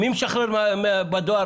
מי משחרר בדואר?